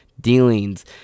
dealings